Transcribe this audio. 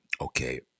okay